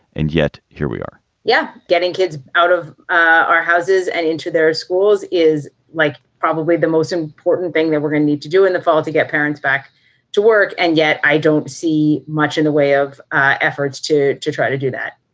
and yet, here we are yeah. getting kids out of our houses and into their schools is like probably the most important thing that we're going to need to do in the fall to get parents back to work. and yet i don't see much in the way of efforts to to try to do that.